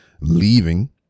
leaving